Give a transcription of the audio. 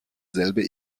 selbe